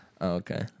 Okay